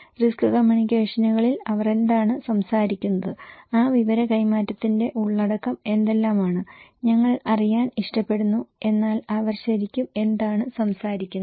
risk കമ്മ്യൂണിക്കേഷനുകളിൽ അവർ എന്താണ് സംസാരിക്കുന്നത് ആ വിവര കൈമാറ്റത്തിന്റെ ഉള്ളടക്കം എന്തെല്ലാമാണ് ഞങ്ങൾ അറിയാൻ ഇഷ്ടപ്പെടുന്നു എന്നാൽ അവർ ശരിക്കും എന്താണ് സംസാരിക്കുന്നത്